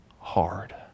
hard